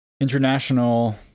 International